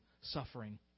suffering